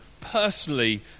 personally